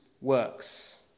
works